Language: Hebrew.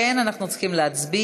כן, אנחנו צריכים להצביע.